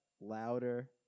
louder